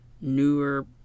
newer